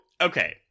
okay